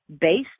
based